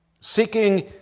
seeking